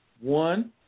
one